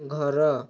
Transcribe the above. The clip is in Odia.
ଘର